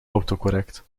autocorrect